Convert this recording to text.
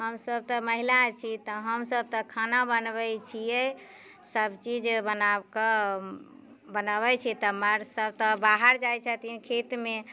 हमसभ तऽ महिला छी तऽ हमसभ तऽ खाना बनबै छियै सभचीजे बनाकऽ बनबै छियै तब मर्द सभ तऽ बाहर जाइ छथिन खेतमे